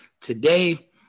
Today